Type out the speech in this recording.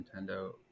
Nintendo